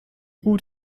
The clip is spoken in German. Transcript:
gut